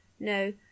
No